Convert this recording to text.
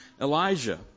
Elijah